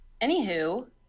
Anywho